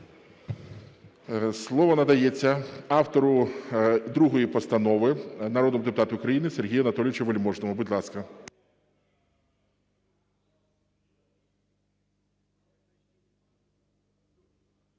Слово надається автору другої постанови народному депутату України Сергію Анатолійовичу Вельможному. Будь ласка.